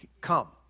Come